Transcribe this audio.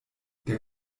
der